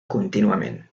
contínuament